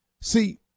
See